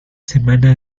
semana